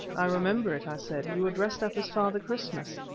i remember it, i said. you were dressed up as father christmas.